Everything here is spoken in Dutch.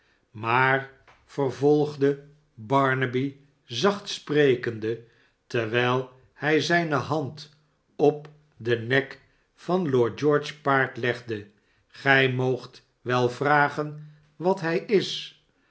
smaar vervolgde barnaby zacht sprekende terwijl hij zijne hand op den nek van lord george's paard legde gij moogt wel vragen wat hij is